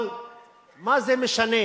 אבל מה זה משנה